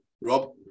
Rob